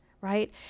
right